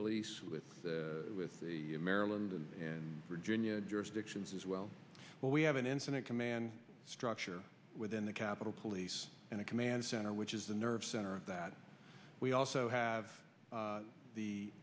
police with the with the maryland and virginia jurisdictions as well but we have an incident command structure within the capitol police and a command center which is the nerve center that we also have